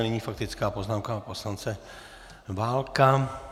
Nyní faktická poznámka pana poslance Válka.